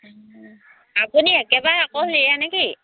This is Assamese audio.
আপুনি একেবাৰে অকলশৰীয়া নেকি